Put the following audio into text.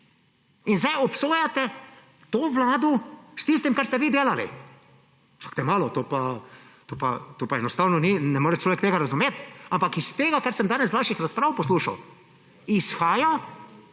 In zdaj obsojate to vlado s tistim, kar ste vi delali. Čakajte malo, no! Tega pa enostavno ne more človek razumeti, ampak iz tega, kar sem danes iz vaših razprav poslušal, izhaja,